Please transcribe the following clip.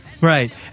Right